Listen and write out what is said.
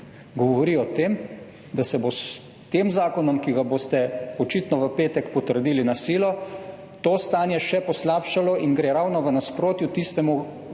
govori o tem, da se bo s tem zakonom, ki ga boste očitno v petek potrdili na silo, to stanje še poslabšalo in gre ravno v nasprotju tistemu, v